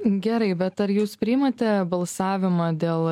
gerai bet ar jūs priimate balsavimą dėl